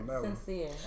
sincere